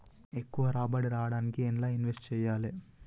ఎక్కువ రాబడి రావడానికి ఎండ్ల ఇన్వెస్ట్ చేయాలే?